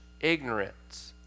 ignorance